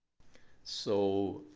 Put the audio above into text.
so